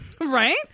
right